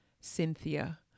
Cynthia